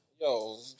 Yo